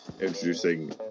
introducing